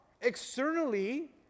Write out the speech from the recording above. externally